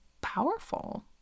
powerful